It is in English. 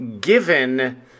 given